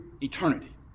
eternity